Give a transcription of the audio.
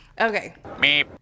Okay